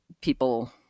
people